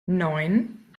neun